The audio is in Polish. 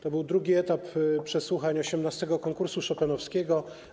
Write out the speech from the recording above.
To był drugi etap przesłuchań XVIII Konkursu Chopinowskiego.